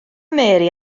mary